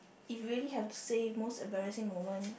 if really have to say most embarrassing moment